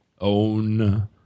Own